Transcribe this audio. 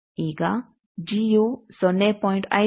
ಈಗ ಜಿಯು 0